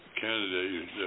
candidate